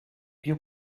più